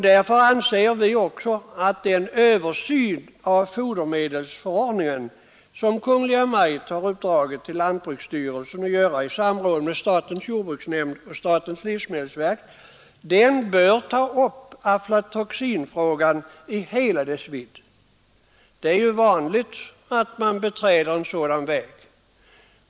Därför anser vi också att den översyn av fodermedelsförordningen som Kungl. Maj:t har uppdragit åt lantbruksstyrelsen i samråd med statens jordbruksnämnd och statens livsmedelsverk bör ta upp aflatoxinfrågan i hela dess vidd. Det är ju vanligt att man beträder en sådan väg.